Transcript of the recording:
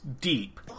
deep